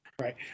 Right